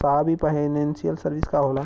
साहब इ financial service का होला?